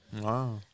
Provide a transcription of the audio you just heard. Wow